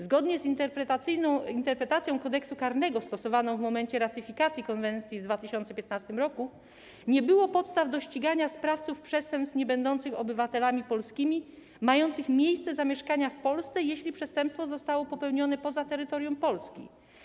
Zgodnie z interpretacja Kodeksu karnego stosowaną w momencie ratyfikacji konwencji w 2015 r. nie było podstaw do ścigania sprawców przestępstw niebędących obywatelami Polski, mających miejsce zamieszkania w Polsce, jeśli przestępstwo zostało popełnione poza terytorium Polski.